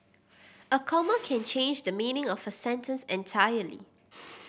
a comma can change the meaning of a sentence entirely